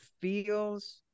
feels